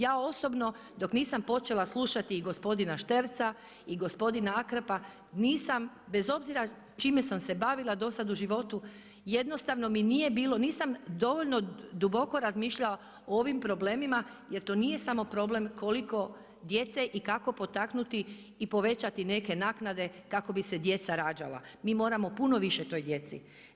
Ja osobno, dok nisam počela slušati gospodina Šterca i gospodina Akarpa, nisam bez obzira čime sam se bavila do sad u životu, jednostavno mi nije bilo, nisam dovoljno duboko razmišljala o ovim problemima, jer to nije samo problem koliko djece i kako potaknuti i povećati neke naknade kako bi se djeca rađala, mi moramo puno više toj djeci.